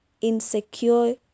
insecure